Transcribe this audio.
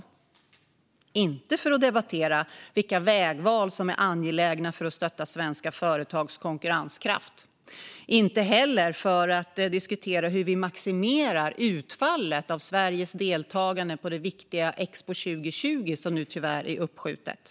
Men vi står inte här för att debattera vilka vägval som är angelägna för att stötta svenska företags konkurrenskraft på den globala marknaden. Vi står inte heller här för att diskutera utfallet av Sveriges deltagande på det viktiga Expo 2020, som nu tyvärr är uppskjutet.